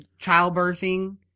childbirthing